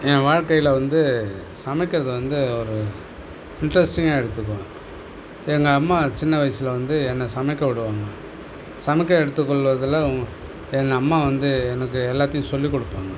என் வாழ்க்கையில் வந்து சமைக்கிறது வந்து ஒரு இன்ட்ரெஸ்ட்டிங்காக எடுத்துக்குவேன் எங்கள் அம்மா சின்ன வயசில் வந்து என்ன சமைக்க விடுவாங்க சமைக்க எடுத்துக் கொள்வதில் என் அம்மா வந்து எனக்கு எல்லாத்தையும் சொல்லிக் கொடுப்பாங்க